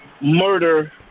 murder